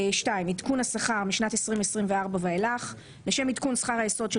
"עדכון השכר משנת 2. לשם עדכון שכר היסוד של